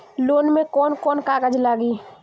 Loan में कौन कौन कागज लागी?